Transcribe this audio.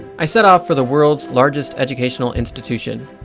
i set off for the world' largest educational institution.